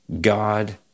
God